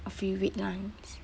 a few red lines